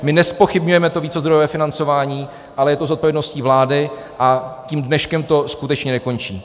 My nezpochybňujeme to vícezdrojové financování, ale je to zodpovědnost vlády a tím dneškem to skutečně nekončí.